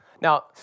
Now